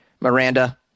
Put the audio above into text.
Miranda